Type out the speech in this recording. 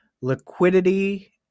liquidity